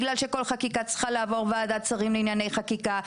בגלל שכל חקיקה צריכה לעבור ועדת שרים לענייני חקיקה,